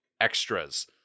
extras